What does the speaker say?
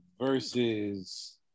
versus